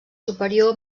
superior